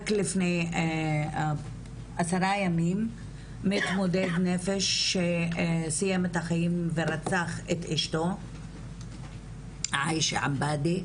רק לפני 10 ימים מתמודד נפש שסיים את החיים ורצח את אשתו עיישה עבאדי.